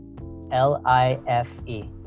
L-I-F-E